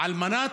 על מנת,